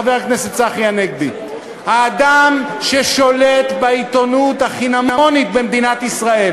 חבר הכנסת צחי הנגבי: האדם ששולט בעיתונות החינמונית במדינת ישראל